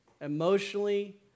emotionally